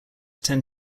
tend